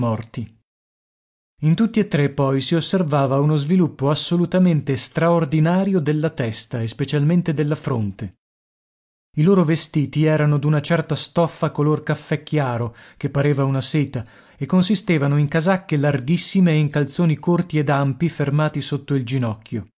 in tutti e tre poi si osservava uno sviluppo assolutamente straordinario della testa e specialmente della fronte i loro vestiti erano d'una certa stoffa color caffè chiaro che pareva una seta e consistevano in casacche larghissime e in calzoni corti ed ampi fermati sotto il ginocchio